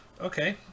Okay